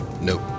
Nope